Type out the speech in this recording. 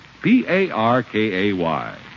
P-A-R-K-A-Y